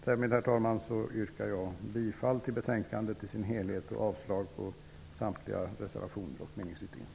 Därmed, herr talman, yrkar jag bifall till hemställan i betänkandet och avslag på samtliga reservationer och meningsyttringar.